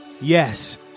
Yes